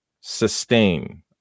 sustain